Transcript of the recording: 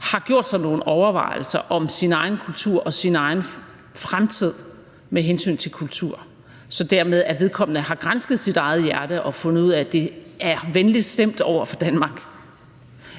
har gjort sig nogle overvejelser om sin egen kultur og sin egen fremtid med hensyn til kultur, så vedkommende dermed har gransket sit eget hjerte og fundet ud af, at det er venligt stemt over for Danmark.